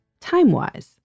TimeWise